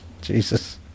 Jesus